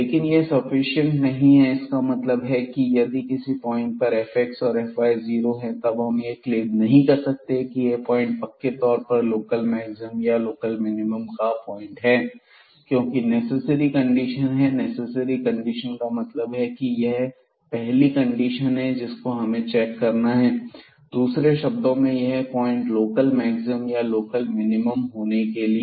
लेकिन यह सफिशिएंट नहीं है इसका मतलब यह है कि यदि किसी पॉइंट पर fx और fy दोनों जीरो हैं तब हम यह क्लेम नहीं कर सकते कि यह पॉइंट पक्के तौर पर लोकल मैक्सिमम या लोकल मिनिमम का पॉइंट है क्योंकि नेसेसरी कंडीशन है नेसेसरी कंडीशन का मतलब यह है की यह पहली कंडीशन है जिसको हमें चेक करना है या दूसरे शब्दों में यह पॉइंट लोकल मैक्सिमम या लोकल मिनिमम होने के लिए